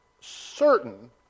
certain